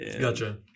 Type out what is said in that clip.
Gotcha